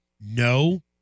No